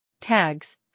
Tags